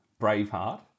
Braveheart